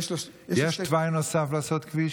יש תוואי נוסף לעשות כביש?